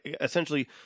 essentially